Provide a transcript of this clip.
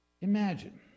Imagine